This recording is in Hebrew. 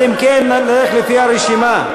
אז אם כן, נלך לפי הרשימה.